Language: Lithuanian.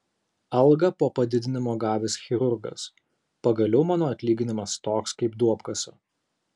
algą po padidinimo gavęs chirurgas pagaliau mano atlyginimas toks kaip duobkasio